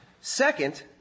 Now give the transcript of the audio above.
Second